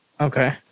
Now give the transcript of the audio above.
Okay